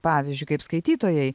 pavyzdžiui kaip skaitytojai